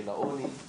של העוני.